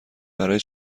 برای